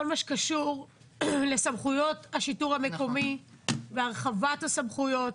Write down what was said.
כל מה שקשור לסמכויות השיטור המקומי והרחבת הסמכויות,